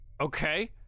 Okay